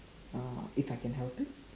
uh if I can help it